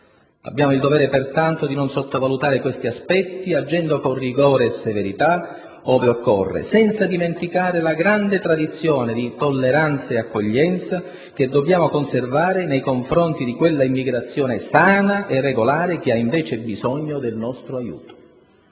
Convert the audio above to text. Abbiamo il dovere, pertanto, di non sottovalutare questi aspetti, agendo con rigore e severità ove occorre, senza dimenticare la grande tradizione di tolleranza e accoglienza che dobbiamo conservare nei confronti di quella immigrazione sana e regolare che ha, invece, bisogno del nostro aiuto.